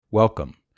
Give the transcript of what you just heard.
Welcome